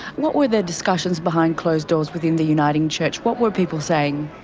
what were the discussions behind closed doors within the uniting church? what were people saying?